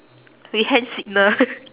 we hand signal